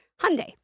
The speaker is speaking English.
Hyundai